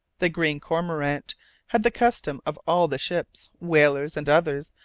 the green cormorant had the custom of all the ships, whalers and others,